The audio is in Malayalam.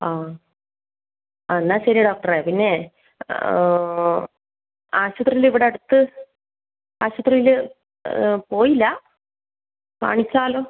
ആ ആ എന്നാൽ ശരി ഡോക്ടറേ പിന്നെ ആശുപത്രിയിൽ ഇവിടെ അടുത്ത് ആശുപത്രിയിൽ പോയില്ല കാണിച്ചാലോ